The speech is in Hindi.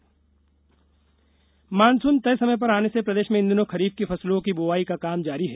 खरीफ बुआई मॉनसून तय समय पर आने से प्रदेश में इन दिनों खरीफ की फसलों की बुआई का काम जारी हैं